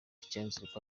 czech